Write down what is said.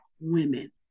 women